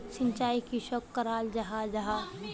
सिंचाई किसोक कराल जाहा जाहा?